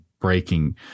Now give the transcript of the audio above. breaking